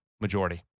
majority